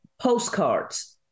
postcards